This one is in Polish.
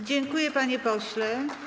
Dziękuję, panie pośle.